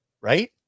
right